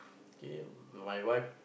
K my wife